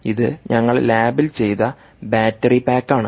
ഇത് ഞങ്ങൾ ലാബിൽ ചെയ്ത ബാറ്ററി പായ്ക്ക് ആണ്